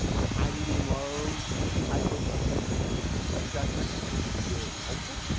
a high, medium, low type of assessment i think would be very helpful.